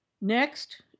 Next